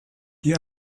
die